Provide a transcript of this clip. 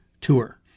tour